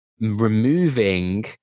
removing